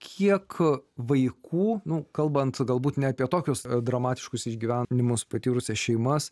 kiek vaikų nu kalbant galbūt ne apie tokius dramatiškus išgyvenimus patyrusias šeimas